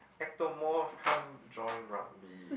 ectomorph can't join rugby